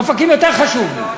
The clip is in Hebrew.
אופקים יותר חשוב לי.